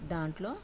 దాంట్లో